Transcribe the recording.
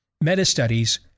meta-studies